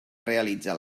realitza